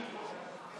השתכנענו, מספיק.